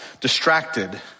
distracted